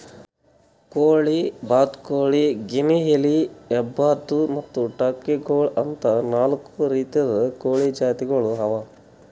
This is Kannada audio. ಕೋಳಿ, ಬಾತುಕೋಳಿ, ಗಿನಿಯಿಲಿ, ಹೆಬ್ಬಾತು ಮತ್ತ್ ಟರ್ಕಿ ಗೋಳು ಅಂತಾ ನಾಲ್ಕು ರೀತಿದು ಕೋಳಿ ಜಾತಿಗೊಳ್ ಅವಾ